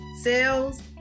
sales